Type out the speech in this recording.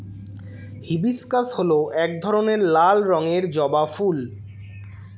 hibiscus হল এক ধরনের লাল রঙের জবা ফুল